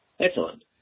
Excellent